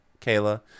Kayla